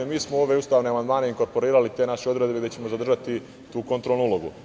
Mi smo u ove ustavne amandmane inkorporirali te naše odredbe gde ćemo zadržati tu kontrolnu ulogu.